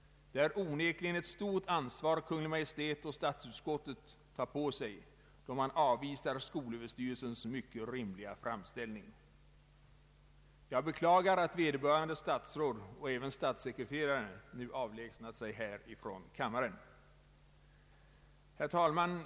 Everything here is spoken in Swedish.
Det är onekligen ett stort ansvar Kungl. Maj:t och statsutskottet tar på sig, då man avvisar skolöverstyrelsens mycket rimliga framställning. Jag beklagar att vederbörande statsråd och även statssekreterare nu avlägsnat sig från kammaren. Herr talman!